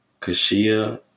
Kashia